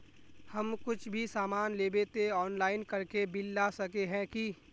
हम कुछ भी सामान लेबे ते ऑनलाइन करके बिल ला सके है की?